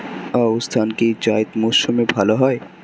আউশ ধান কি জায়িদ মরসুমে ভালো হয়?